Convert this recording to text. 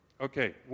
Okay